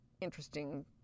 interesting